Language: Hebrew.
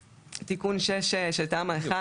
תיקון 6 של תמ"א 1